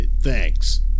Thanks